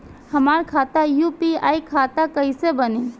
हमार खाता यू.पी.आई खाता कईसे बनी?